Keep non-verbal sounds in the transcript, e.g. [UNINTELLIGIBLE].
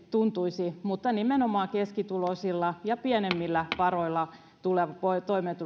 tuntuisi mutta nimenomaan keskituloiset ja pienemmillä varoilla toimeen [UNINTELLIGIBLE]